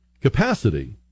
capacity